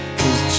cause